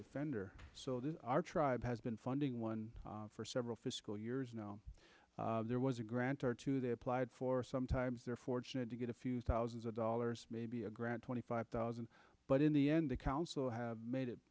defender so that our tribe has been funding one for several fiscal years now there was a grant or two they applied for sometimes they're fortunate to get a few thousands of dollars maybe a grant twenty five thousand but in the end the council have made it